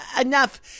enough